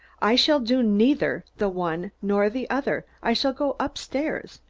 i shall do neither the one nor the other. i shall go up-stairs.